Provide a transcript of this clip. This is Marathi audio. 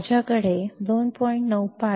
माझ्याकडे होते 2